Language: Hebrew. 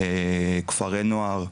כפרי נוער,